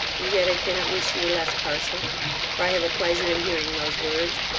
and yet i cannot wish you were less partial for i have a pleasure in hearing those words,